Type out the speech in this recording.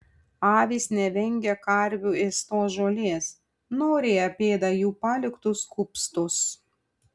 avys nevengia karvių ėstos žolės noriai apėda jų paliktus kupstus